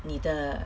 你的